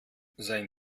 sein